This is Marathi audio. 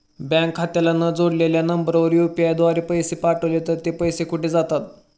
बँक खात्याला न जोडलेल्या नंबरवर यु.पी.आय द्वारे पैसे पाठवले तर ते पैसे कुठे जातात?